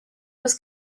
was